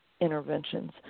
interventions